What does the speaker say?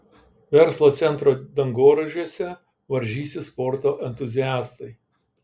verslo centro dangoraižiuose varžysis sporto entuziastai